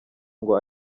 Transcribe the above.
ngo